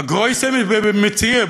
א גרויסע מציאה.